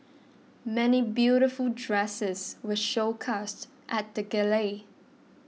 many beautiful dresses were showcased at the gala